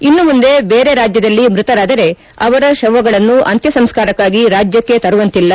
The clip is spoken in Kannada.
ಇನ್ನು ಮುಂದೆ ಬೇರೆ ರಾಜ್ಯದಲ್ಲಿ ಮೃತರಾದರೆ ಅವರ ಶವಗಳನ್ನು ಅಂತ್ಯ ಸಂಸ್ಕಾರಕ್ಕಾಗಿ ರಾಜ್ಯಕ್ಷೆ ತರುವಂತಿಲ್ಲ